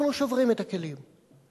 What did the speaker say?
אנחנו שוברים את הכלים,